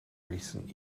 recent